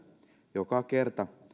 joka kerta